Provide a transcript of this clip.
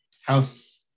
house